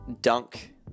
dunk